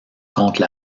contre